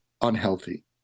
unhealthy